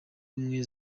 ubumwe